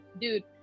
dude